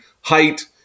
height